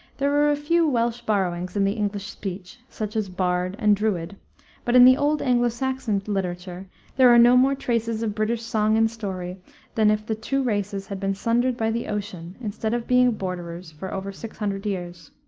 there are a few welsh borrowings in the english speech, such as bard and druid but in the old anglo-saxon literature there are no more traces of british song and story than if the two races had been sundered by the ocean instead of being borderers for over six hundred years.